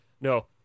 No